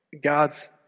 God's